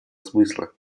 смысла